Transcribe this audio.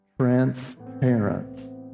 transparent